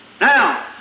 Now